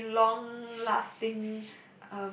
very long lasting